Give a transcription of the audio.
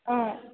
অঁ